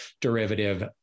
derivative